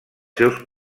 seus